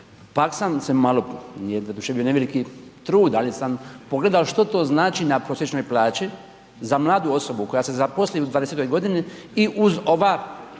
Pak sam se malo, nije doduše ni veliki trud, ali sam pogledao što to znači na prosječnoj plaći za mladu osobu koja se zaposli u 20-toj godini i uz ova